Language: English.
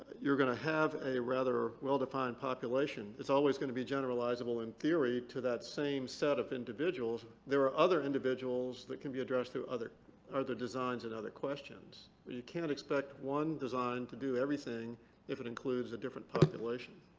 you're going to have a rather well-defined population. it's always going to be generalizable in theory to that same set of individuals. there are other individuals that can be addressed through other designs and other questions, but you can't expect one design to do everything if it includes a different population.